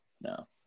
no